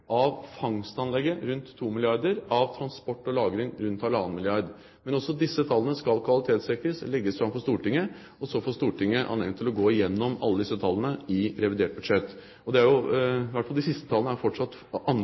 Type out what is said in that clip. av fangstanlegget rundt 2 milliarder kr og av transport og lagring rundt 1,5 milliarder kr. Men også disse tallene skal kvalitetssikres og legges fram for Stortinget. Så får Stortinget anledning til å gå gjennom alle disse tallene i revidert budsjett. I hvert fall er de siste tallene fortsatt anslag. Det er